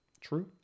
true